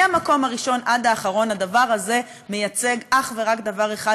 מהמקום הראשון עד האחרון הדבר הזה מייצג אך ורק דבר אחד,